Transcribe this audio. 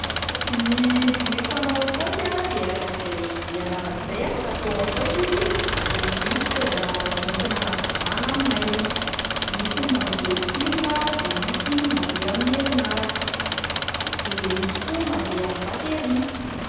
Ny jiro fanao am-paosy a de arak'izay anarany zay afaka atao am-paosy izy, de izy io fitaovana entina anazavana amin'ny maizina, misy ny mandeha pile a de misy mandeha amin'ny herinaratra, de misy koa mandeha amin'ny batery.